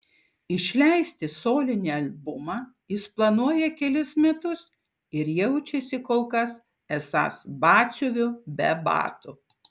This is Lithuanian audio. išleisti solinį albumą jis planuoja kelis metus ir jaučiasi kol kas esąs batsiuviu be batų